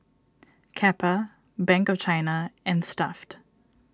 Kappa Bank of China and Stuff'd